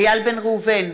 איל בן ראובן,